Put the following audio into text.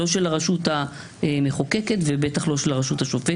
לא של הרשות המחוקקת ובטח לא של הרשות השופטת.